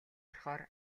орохоор